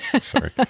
sorry